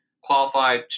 qualified